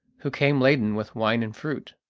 who came laden with wine and fruit.